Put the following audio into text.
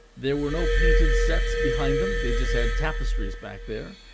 there were no painted sets behind them they just had tapestries back there,